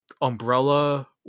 Umbrella